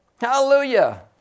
Hallelujah